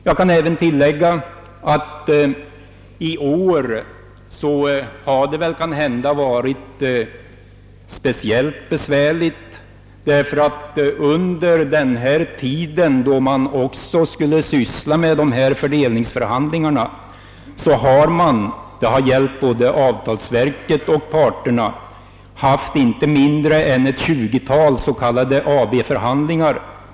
Jag kan tilllägga att det i år kanske varit speciellt besvärligt; under den tid då man skulle föra fördelningsförhandlingarna har man — det har gällt både avtalsverket och organisationerna — haft inte mindre än ett tjugutal s.k. AB-förhandlingar.